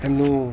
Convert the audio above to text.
એમનું